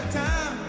time